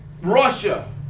Russia